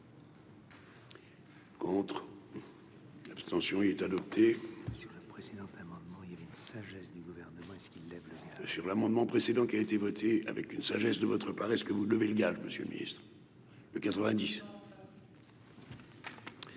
Contre l'abstention, il est adopté sur la presse et notamment, il y avait une sagesse du gouvernement et ceux qui lève le voile. Sur l'amendement précédent qui a été voté avec une sagesse de votre part est-ce que vous levez le gage monsieur Ministre le